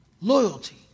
Loyalty